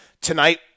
Tonight